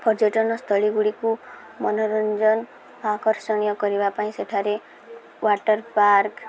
ପର୍ଯ୍ୟଟନସ୍ଥଳୀ ଗୁଡ଼ିକୁ ମନୋରଞ୍ଜନ ଆକର୍ଷଣୀୟ କରିବା ପାଇଁ ସେଠାରେ ୱାଟର ପାର୍କ